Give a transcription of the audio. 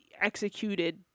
executed